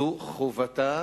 זו חובתה